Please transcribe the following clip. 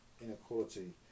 Inequality